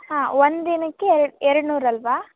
ಹಾಂ ಒಂದು ದಿನಕ್ಕೆ ಎರಡ್ನೂರು ಅಲ್ವಾ